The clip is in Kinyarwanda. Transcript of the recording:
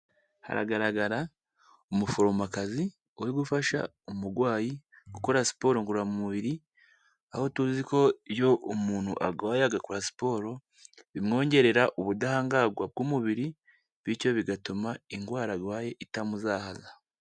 Haragaragara umuforomokazi uri gufasha umurwayi gukora siporo ngoramubiri, aho tuzi ko iyo umuntu arwaye agakora siporo bimwongerera ubudahangarwa bw'umubiri, bityo bigatuma indwara arwaye itamuzahaza.